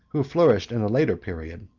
who flourished in the latter period,